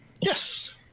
Yes